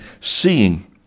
seeing